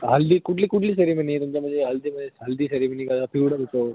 हल्ली कुठली कुठली सेरीमनी आहे तुमच्यामध्ये हळदीमध्ये हळदी सेरीमनी घालायला पिवळा भेटतो